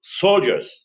soldiers